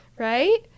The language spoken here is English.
right